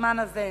ובזמן הזה.